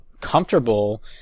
comfortable